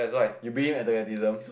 you beat him athleticism